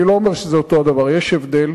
אני לא אומר שזה אותו הדבר, יש הבדל,